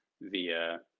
via